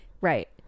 right